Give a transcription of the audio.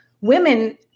women